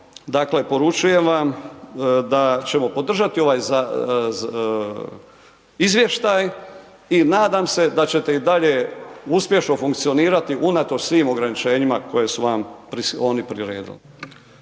jednom poručujem vam, da ćemo podržati ovo izvješće i nadam se da ćete i dalje uspješno funkcionirati, unatoč svim ograničenjima, koje su vam oni priredili.